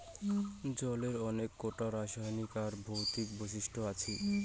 জলের অনেক কোটা রাসায়নিক আর ভৌতিক বৈশিষ্ট আছি